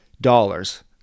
dollars